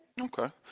Okay